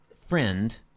friend